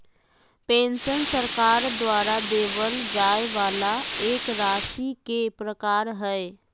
pension सरकार द्वारा देबल जाय वाला एक राशि के प्रकार हय